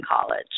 college